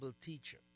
teacher